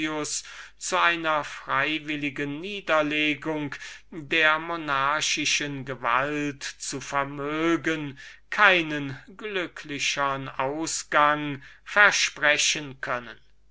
zu einer freiwilligen niederlegung der monarchischen gewalt zu vermögen sich keinen glücklichern ausgang habe versprechen können